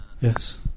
Yes